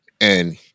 And-